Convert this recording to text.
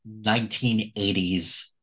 1980s